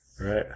Right